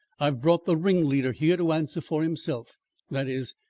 i have brought the ringleader here to answer for himself that is,